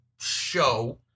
show